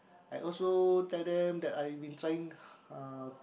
I also tell them that I will trying uh